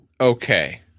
Okay